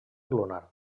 lunar